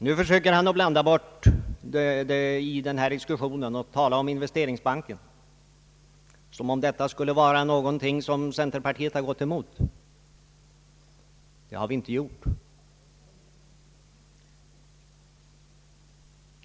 Nu försöker han blanda bort korten i denna diskussion och börjar tala om Investeringsbanken i stället, som om den skulle vara något som centerpartiet gått emot. Det har vi inte gjort.